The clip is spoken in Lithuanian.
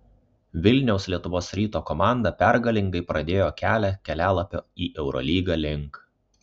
vilniaus lietuvos ryto komanda pergalingai pradėjo kelią kelialapio į eurolygą link